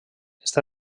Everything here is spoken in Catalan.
està